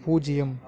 பூஜ்யம்